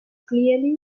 clearly